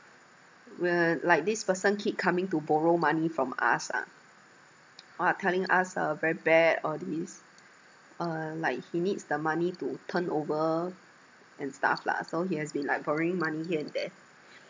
will like this person keep coming to borrow money from us ah what telling us uh very bad all these uh like he needs the money to turn over and stuff lah so he has been like borrowing money here and there